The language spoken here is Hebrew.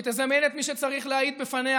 שתזמן את מי שצריך להעיד בפניה,